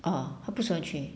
ah 她不喜欢去